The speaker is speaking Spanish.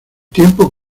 tiempo